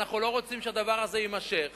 ואנחנו לא רוצים שהדבר הזה יימשך.